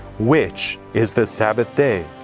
which is the sabbath day?